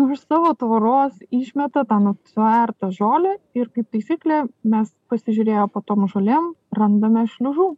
už savo tvoros išmeta tam suartą žolę ir kaip taisyklė mes pasižiūrėję po tomo žolėm randame šliužų